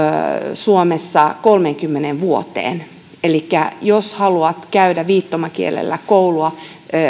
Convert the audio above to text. suomessa kolmeenkymmeneen vuoteen elikkä jos haluat käydä viittomakielellä koulua